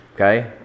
Okay